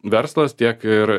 verslas tiek ir